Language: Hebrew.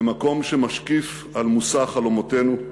במקום שמשקיף על מושא חלומותינו.